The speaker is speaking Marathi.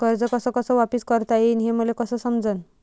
कर्ज कस कस वापिस करता येईन, हे मले कस समजनं?